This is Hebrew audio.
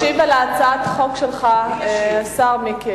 ישיב על הצעת החוק שלך השר מיקי